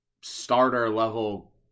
starter-level